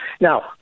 Now